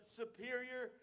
superior